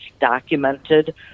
documented